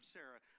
Sarah